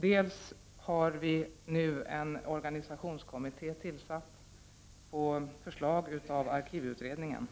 Vi har också nu tillsatt en organisationskommitté på förslag av arkivutredningen.